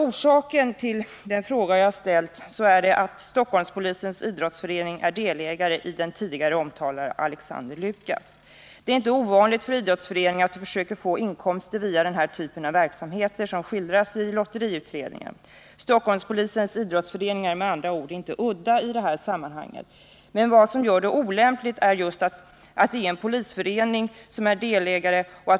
Orsaken till den fråga jag ställt är att Stockholmspolisens idrottsförening är delägare i den tidigare omtalade Alexander Lukas. Det är inte ovanligt att idrottsföreningar försöker få inkomster via speloch lotteriverksamhet. Stockholmspolisens idrottsförening är med andra ord inte udda i det här sammanhanget. Men det som gör det olämpligt är att det är just en polisförening som är delägare.